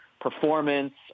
performance